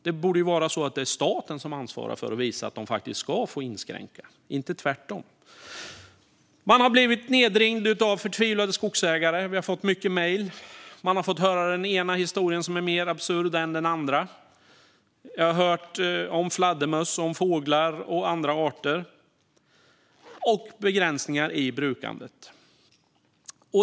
Det borde vara staten som ansvarar för att visa att de faktiskt ska få inskränka, inte tvärtom. Vi har blivit nedringda av förtvivlade skogsägare, och vi har fått mycket mejl. Man har fått höra den ena historien mer absurd än den andra. Jag har hört om fladdermöss, fåglar och andra arter och om begränsningar i brukandet.